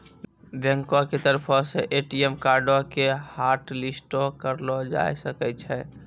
बैंको के तरफो से ए.टी.एम कार्डो के हाटलिस्टो करलो जाय सकै छै